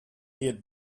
had